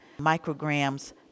micrograms